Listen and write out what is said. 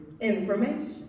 information